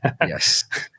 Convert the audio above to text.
yes